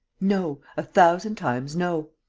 no, a thousand times no!